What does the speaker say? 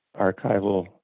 archival